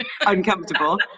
Uncomfortable